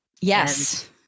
Yes